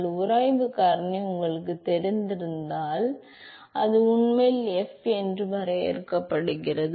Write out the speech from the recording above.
எனவே உராய்வு காரணி உங்களுக்குத் தெரிந்தால் உராய்வு காரணி உங்களுக்குத் தெரிந்தால் அது உண்மையில் f என வரையறுக்கப்படுகிறது